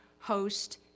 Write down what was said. host